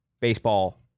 baseball